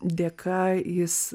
dėka jis